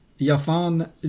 Yafan